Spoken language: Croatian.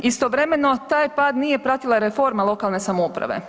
Istovremeno taj pad nije pratila reforma lokalne samouprave.